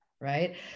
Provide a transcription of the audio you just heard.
right